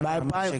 המשק?